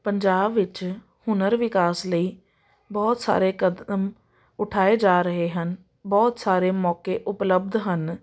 ਪੰਜਾਬ ਵਿੱਚ ਹੁਨਰ ਵਿਕਾਸ ਲਈ ਬਹੁਤ ਸਾਰੇ ਕਦਮ ਉਠਾਏ ਜਾ ਰਹੇ ਹਨ ਬਹੁਤ ਸਾਰੇ ਮੌਕੇ ਉਪਲੱਬਧ ਹਨ